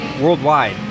worldwide